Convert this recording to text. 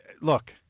look